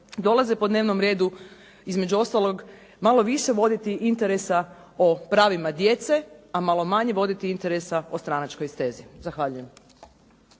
dolaze po dnevnom redu, između ostalog malo više voditi interesa o pravima djece, a malo manje voditi interesa o stranačkoj stezi. Zahvaljujem.